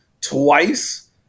twice